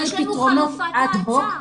לא רק, לא רק, יש לנו חלופת מעצר.